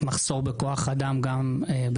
כוח האדם בוועדות קיימות, נכון?